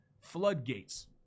floodgates